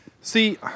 See